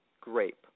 grape